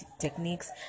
techniques